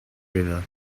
river